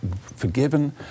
forgiven